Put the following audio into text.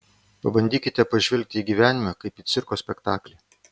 pabandykite pažvelgti į gyvenimą kaip į cirko spektaklį